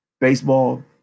baseball